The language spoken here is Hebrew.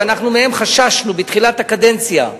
שמהן חששנו בתחילת הקדנציה,